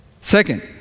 second